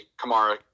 Kamara